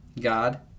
God